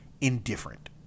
indifferent